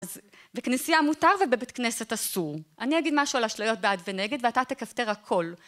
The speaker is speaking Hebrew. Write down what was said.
בכנסייה מותר ובבית כנסת אסור. אני אגיד משהו על אשליות בעד ונגד ואתה תכפתר(?) הכל.